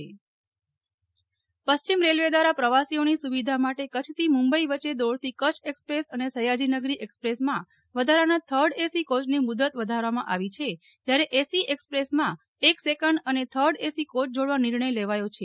નેફલ ઠક્કર પશ્ચિમ રેલ્વે પશ્ચિમ રેલવે દ્વારા પ્રવાસીઓની સુવિધા માટે કચ્છથી મુંબઈ વચ્ચે દોડતી કચ્છ એકસપ્રેસ અને સયાજીનગરી એકસપ્રેસમાં વધારાના થર્ડ એસી કોચની મુદત વધારવામાં આવી છેજયારે એસી એકસપ્રેસમાં એક સેકન્ડ અને થર્ડ એસી કોચ જોડવા નિર્ણય લેવાયો છે